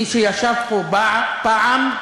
מי שישב פה פעם,